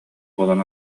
буолан